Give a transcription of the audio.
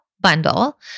bundle